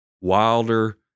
Wilder